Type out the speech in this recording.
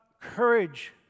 courage